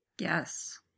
Yes